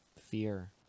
fear